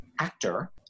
actor